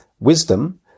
Wisdom